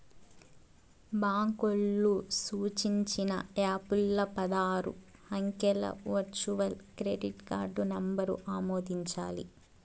బాంకోల్లు సూచించిన యాపుల్ల పదారు అంకెల వర్చువల్ క్రెడిట్ కార్డు నంబరు ఆమోదించాలి